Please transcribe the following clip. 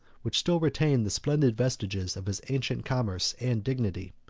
which still retained the splendid vestiges of its ancient commerce and dignity.